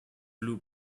flew